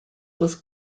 was